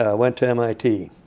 ah went to mit.